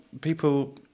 people